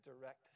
direct